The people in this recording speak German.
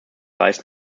reißt